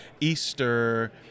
Easter